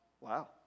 Wow